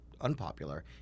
unpopular